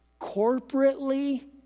corporately